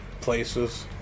places